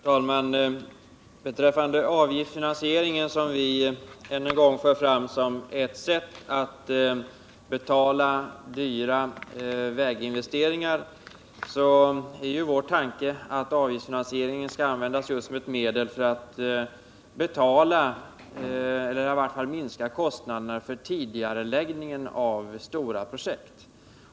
Herr talman! Beträffande avgiftsfinansiering — som vi än en gång för fram som ett sätt att betala dyra väginvesteringar — är vår tanke att denna finansiering skall användas just som ett medel att minska kostnaderna för tidigareläggning av stora projekt.